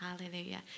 Hallelujah